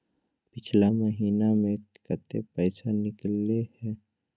पिछला महिना मे कते पैसबा निकले हैं?